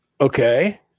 Okay